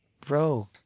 Bro